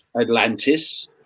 atlantis